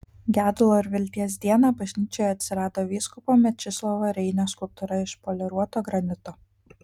gedulo ir vilties dieną bažnyčioje atsirado vyskupo mečislovo reinio skulptūra iš poliruoto granito